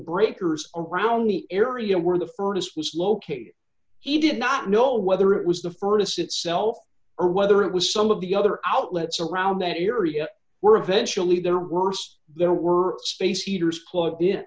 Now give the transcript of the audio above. breakers around the area where the furnace was located he did not know whether it was the furnace itself or whether it was some of the other outlets around that area were eventually their worst there were space heaters